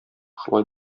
шулай